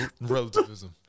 relativism